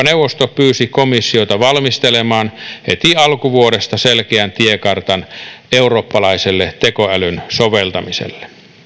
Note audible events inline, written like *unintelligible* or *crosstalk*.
*unintelligible* neuvosto pyysi komissiota valmistelemaan heti alkuvuodesta selkeän tiekartan eurooppalaiselle tekoälyn soveltamiselle